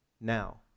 now